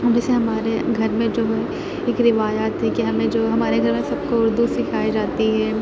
جیسے ہمارے گھر میں جو ہے ایک روایت ہے کہ ہمیں جو ہے ہمارے گھر میں سب کو اردو سکھائی جاتی ہے